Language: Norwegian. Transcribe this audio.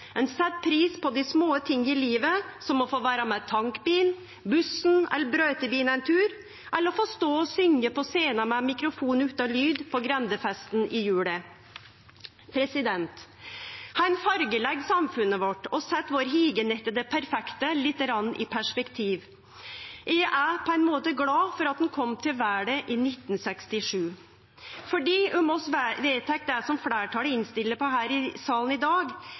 set pris på dei små ting i livet, som å få vere med tankbilen, bussen eller brøytebilen ein tur, eller å få stå og syngje på scena med mikrofon utan lyd på grendefesten i jula. Han fargelegg samfunnet vårt og set det å lengte etter det perfekte litt i perspektiv. Eg er på ein måte glad for at han kom til verda i 1967, for om vi vedtek det som fleirtalet innstiller på her i salen i dag,